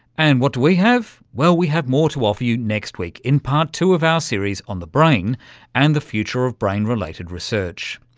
and what do we have? well, we have more to offer you next week in part two of our series on the brain and the future of brain related research.